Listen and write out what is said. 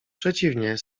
przeciwnie